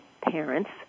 parents